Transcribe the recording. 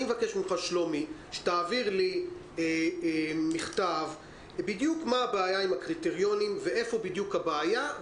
אני מבקש שתעביר לי מכתב מה הבעיה ואיפה בדיוק עם הקריטריונים,